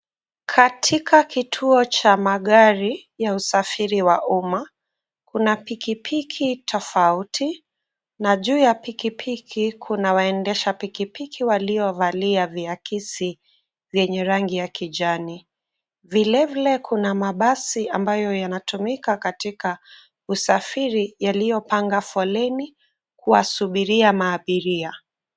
Katika kituo cha magari ya usafiri wa umma, kuna pikipiki tofauti na juu ya pikipiki kuna waendesha pikipiki waliovalia viakisi vyenye rangi ya kijani. Vilevile kuna mabasi ambayo yanatumika katika usafiri yaliopanga fuleni kuwasubiria maabiria.